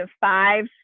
five